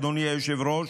אדוני היושב-ראש,